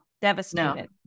devastated